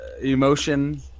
Emotion